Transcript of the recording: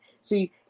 See